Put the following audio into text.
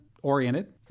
Oriented